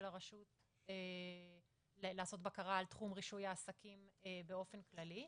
הרשות לעשות בקרה על תחום רישוי העסקים באופן כללי.